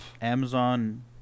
Amazon